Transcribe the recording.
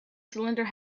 cylinder